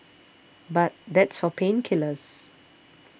but that's for pain killers